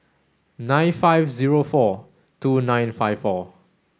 nine five zero four two nine five four